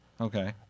Okay